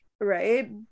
right